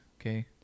Okay